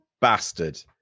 Bastard